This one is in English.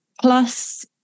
Plus